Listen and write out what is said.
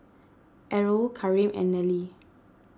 Errol Kareem and Nellie